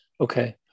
Okay